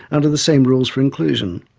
under the same rules for inclusion.